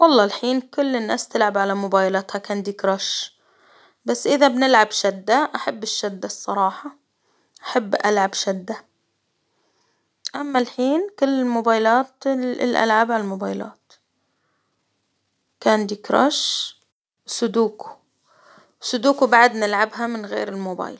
والله الحين كل الناس تلعب على موبايلاتها كاندي كراش، بس إذا بنلعب شدة أحب الشدة الصراحة، أحب ألعب شدة، أما الحين كل الموبايلات تل الألعاب على الموبايلات، كاندي كرش سودوكو -سودوكو بعد نلعبها من غير الموبايل.